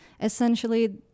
essentially